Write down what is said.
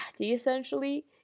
essentially